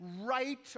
right